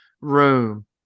room